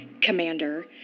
Commander